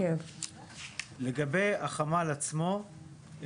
לגבי החמ"ל עצמו,